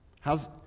How's